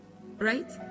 right